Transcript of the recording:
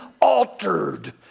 altered